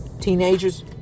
teenagers